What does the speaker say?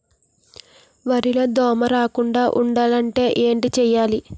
వరిలో దోమ రాకుండ ఉండాలంటే ఏంటి చేయాలి?